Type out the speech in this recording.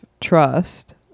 trust